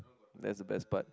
that's the best part